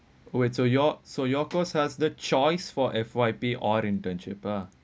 wait so yours so your course has the choice for F_Y_E or internship lah